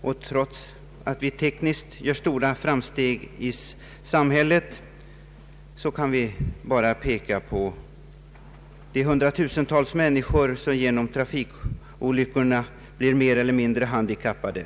och trots att vi tekniskt gör stora framsteg i samhället kan vi bara peka på de hundratusentals människor som genom trafikolyckorna blir mer eller mindre handikappade.